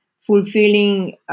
fulfilling